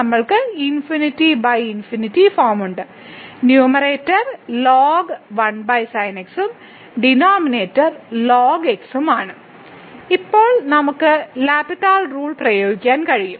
നമ്മൾക്ക് ∞∞ ഉണ്ട് numerator ln1sinx ഉം ഡിനോമിനേറ്റർ lnx ഉം ആണ് ഇപ്പോൾ നമുക്ക് L ഹോസ്പിറ്റൽ റൂൾ പ്രയോഗിക്കാൻ കഴിയും